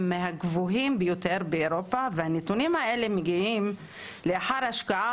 מהגבוהים ביותר באירופה והנתונים האלה מגיעים לאחר השקעה